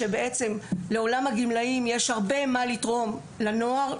שלעולם הגמלאים יש הרבה מה לתרום לנוער,